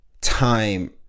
time